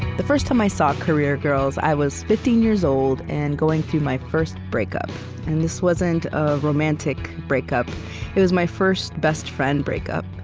the first time i saw career girls, i was fifteen years old and going through my first break-up. and this wasn't a romantic break-up it was my first best friend break-up.